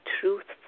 truthful